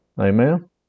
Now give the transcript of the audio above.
Amen